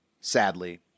Sadly